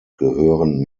gehören